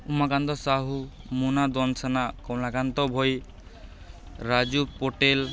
Umakanta Sahu Muna Dandasena Kamalanta Bhoi Raju Patel